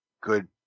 good